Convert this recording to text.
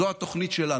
זו התוכנית שלנו.